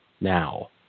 now